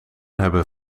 hebben